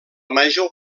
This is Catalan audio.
major